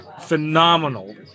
phenomenal